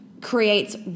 creates